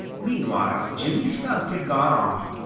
meanwhile jimmy skunk had gone off,